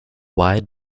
wide